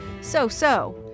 so-so